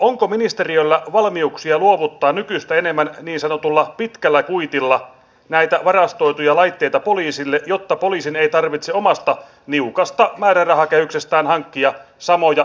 onko ministeriöllä valmiuksia luovuttaa nykyistä enemmän niin sanotulla pitkällä kuitilla näitä varastoituja laitteita poliisille jotta poliisin ei tarvitse omasta niukasta määrärahakehyksestään hankkia samoja sinisiä laitteita